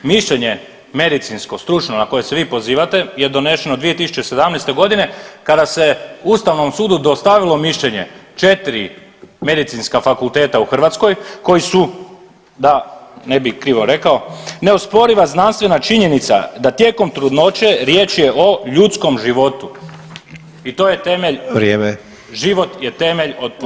Mišljenje medicinsko stručno na koje se vi pozivate je donešeno 2017.g. kada se ustavnom sudu dostavilo mišljenje 4 Medicinska fakulteta u Hrvatskoj koji su, da ne bi krivo rekao, neosporiva znanstvena činjenica da tijekom trudnoće riječ je o ljudskom životu i to je temelj, život je temelj od začetka.